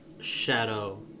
shadow